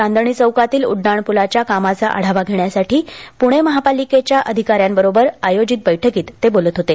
चांदणी चौकातील उड्डाणपुलाच्या कामाचा आढावा घेण्यासाठी पुणे महापालिकेच्या अधिकाऱ्यांबरोबर आयोजित बैठकीत गडकरी बोलत होते